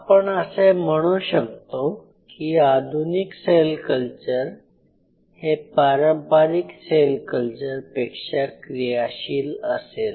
आपण असे म्हणू शकतो की आधुनिक सेल कल्चर हे पारंपरिक सेल कल्चर पेक्षा क्रियाशील असेल